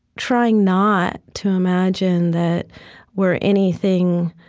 trying not to imagine that we're anything